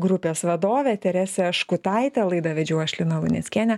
grupės vadovę teresę škutaitę laidą vedžiau aš lina luneckienė